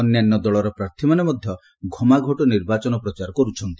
ଅନ୍ୟାନ୍ୟ ଦଳର ପ୍ରାର୍ଥୀମାନେ ମଧ୍ୟ ଘମାଘୋଟ୍ ନିର୍ବାଚନ ପ୍ରଚାର କର୍ତ୍ଥନ୍ତି